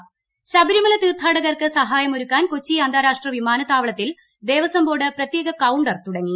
Sabarimala counter Sabarimala തീർത്ഥാടകർക്ക് സഹായമൊരുക്കാൻ കൊച്ചി അന്താരാഷ്ട്ര വിമാനത്താവളത്തിൽ ദേവസ്വംബോർഡ് പ്രത്യേക കൌണ്ടർ തുടങ്ങി